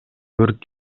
өрт